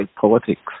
politics